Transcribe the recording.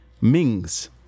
Mings